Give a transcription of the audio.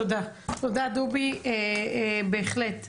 תודה, תודה דובי, בהחלט אנחנו,